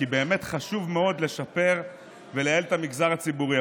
כי באמת חשוב מאוד לשפר ולייעל את המגזר הציבורי,